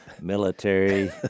military